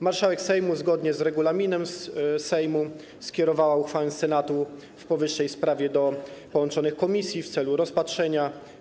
Marszałek Sejmu zgodnie z regulaminem Sejmu skierowała uchwałę Senatu w powyższej sprawie do połączonych komisji w celu jej rozpatrzenia.